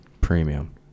premium